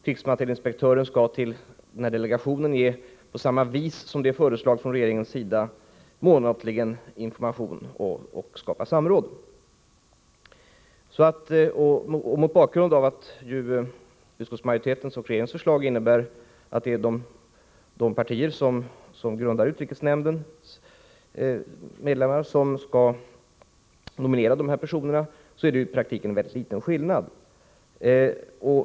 Krigsmaterielinspektören skall på samma vis som regeringen har föreslagit till delegationen ge månatlig information och skapa samråd. Mot bakgrund av att utskottsmajoritetens och regeringens förslag innebär att det är de partier vars medlemmar utgör basen i utrikesnämnden som skall nominera de här personerna är det i praktiken mycket liten skillnad mellan förslagen.